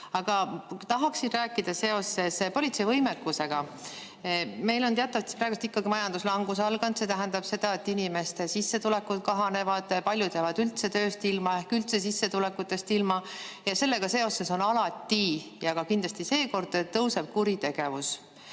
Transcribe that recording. Aga tahaksin rääkida politsei võimekusest. Meil on teatavasti praegu ikkagi majanduslangus alanud. See tähendab seda, et inimeste sissetulekud kahanevad, paljud jäävad tööst ilma ehk üldse sissetulekutest ilma. Ja sellega seoses alati ja kindlasti ka seekord tõuseb kuritegevus.